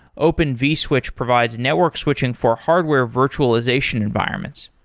open vswitch provides network switching for hardware virtualization environments.